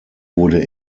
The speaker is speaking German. wurde